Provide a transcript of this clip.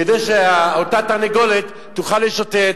כדי שאותה תרנגולת תוכל לשוטט.